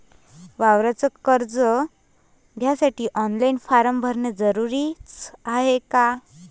वावराच कर्ज घ्यासाठी ऑनलाईन फारम भरन जरुरीच हाय का?